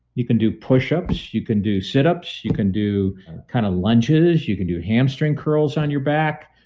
you can do push-ups. you can do sit ups. you can do kind of lunges. you can do hamstring curls on your back.